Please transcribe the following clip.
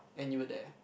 and you were there